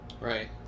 Right